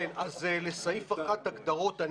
לסעיף 1 הגדרות,